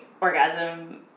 orgasm